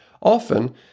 Often